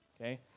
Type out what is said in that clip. okay